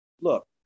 look